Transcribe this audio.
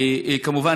כמובן,